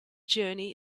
journey